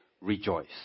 rejoice